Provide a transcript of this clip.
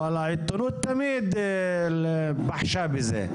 אבל העיתונות תמיד בחשה בזה,